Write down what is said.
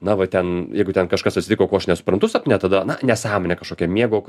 na va ten jeigu ten kažkas atsitiko ko aš nesuprantu sapne tada na nesąmonė kažkokia miego